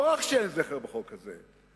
לא רק שאין זכר בחוק הזה,